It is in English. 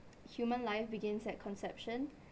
human life begins at conception